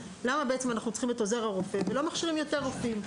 למה בעצם אנחנו צריכים את עוזר הרופא ולא מכשירים יותר רופאים.